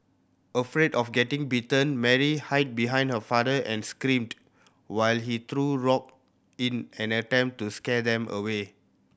afraid of getting bitten Mary hid behind her father and screamed while he threw rock in an attempt to scare them away